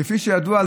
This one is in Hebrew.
כפי שידוע,